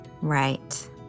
right